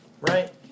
Right